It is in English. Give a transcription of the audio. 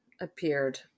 appeared